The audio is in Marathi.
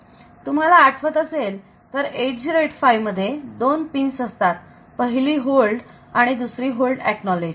तुम्हाला आठवत असेल तर 8085 मध्ये दोन पिन्स असतात पहिली होल्ड आणि दुसरी होल्ड एकनॉलेज